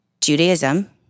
Judaism